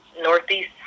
Northeast